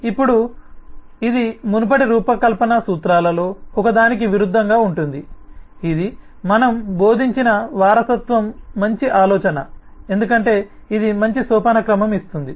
ఇప్పుడు ఇది మునుపటి రూపకల్పన సూత్రాలలో ఒకదానికి విరుద్ధంగా ఉంటుంది ఇది మనం బోధించిన వారసత్వం మంచి ఆలోచన ఎందుకంటే ఇది మంచి సోపానక్రమం ఇస్తుంది